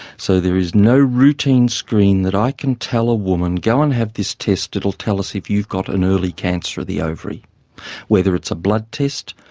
so there is no routine screen that i can tell a woman, go and have this test, it will tell us if you've got an early cancer of the ovary whether it's a blood test,